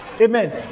Amen